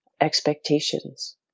expectations